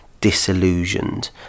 disillusioned